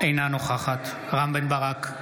אינה נוכחת רם בן ברק,